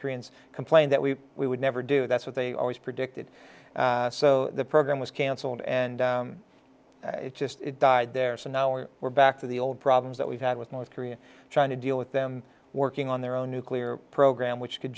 koreans complain that we we would never do that's what they always predicted so the program was canceled and it just died there so now we were back to the old problems that we've had with north korea trying to deal with them working on their own nuclear program which c